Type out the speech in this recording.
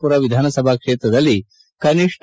ಪುರ ವಿಧಾನಸಭಾ ಕ್ಷೇತ್ರದಲ್ಲಿ ಕನಿಷ್ಠ